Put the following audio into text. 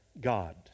God